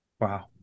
Wow